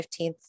15th